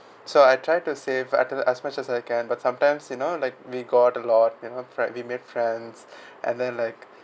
so I try to save as much as I can but sometimes you know like we go out a lot you know we meet friends and then like